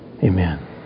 Amen